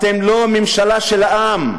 אתם לא ממשלה של העם.